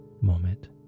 moment